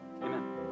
Amen